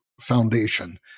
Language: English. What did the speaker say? foundation